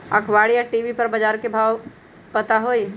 अखबार या टी.वी पर बजार के भाव पता होई?